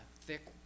thick